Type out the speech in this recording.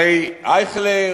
הרי אייכלר,